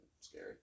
scary